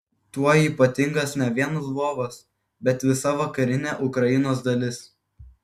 tuo ypatingas ne vien lvovas bet visa vakarinė ukrainos dalis